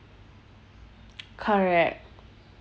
correct